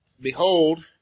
Behold